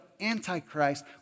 Antichrist